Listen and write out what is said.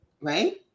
Right